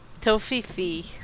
Tofifi